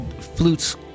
flutes